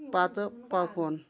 پتہٕ پکُن